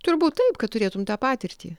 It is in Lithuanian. turbūt taip kad turėtum tą patirtį